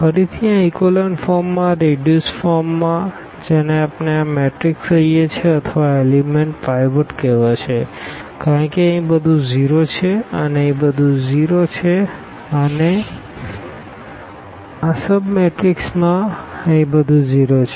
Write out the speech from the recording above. ફરીથી આ ઇકોલન ફોર્મમાં આ રીડ્યુસ ફોર્મ માં જેને આપણે આ મેટ્રિક્સ કહીએ છીએ અથવા આ એલીમેન્ટ પાઈવોટ કહેવાશે કારણ કે અહીં બધું 0 છે અહીં બધું 0 છે અને આ સબ મેટ્રિક્સમાં માં બધું અહીં 0 છે